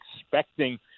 expecting